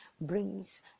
brings